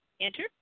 enter